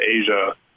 Asia